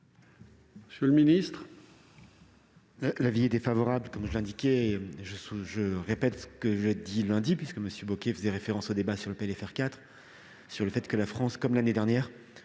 Monsieur le ministre,